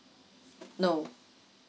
no